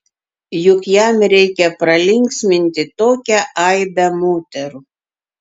juk jam reikia pralinksminti tokią aibę moterų